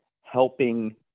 helping